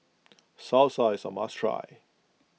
Salsa is a must try